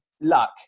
luck